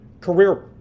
career